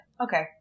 Okay